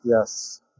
yes